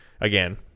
again